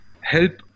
help